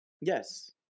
Yes